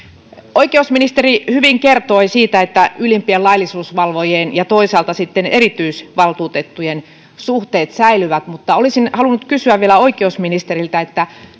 oikeusministeri hyvin kertoi siitä että ylimpien laillisuusvalvojien ja toisaalta sitten erityisvaltuutettujen suhteet säilyvät mutta olisin halunnut kysyä vielä oikeusministeriltä